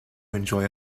enjoy